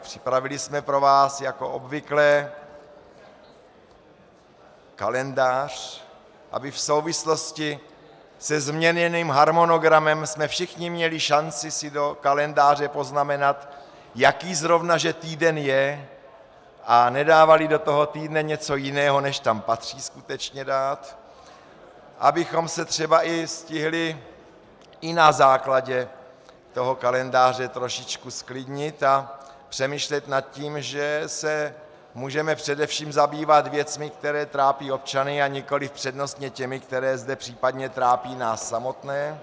Připravili jsme pro vás jako obvykle kalendář, abychom v souvislosti se změněným harmonogramem všichni měli šanci si do kalendáře poznamenat, jaký zrovna že týden je, a nedávali do toho týdne něco jiného, než tam skutečně patří dát, abychom se třeba i stihli i na základě toho kalendáře trošičku zklidnit a přemýšlet nad tím, že se můžeme především zabývat věcmi, které trápí občany a nikoliv přednostně těmi, které zde případně trápí nás samotné.